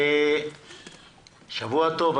שבוע טוב.